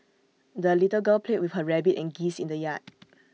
the little girl played with her rabbit and geese in the yard